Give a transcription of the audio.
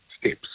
steps